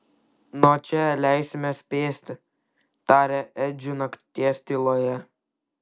nuo čia leisimės pėsti tarė edžiui nakties tyloje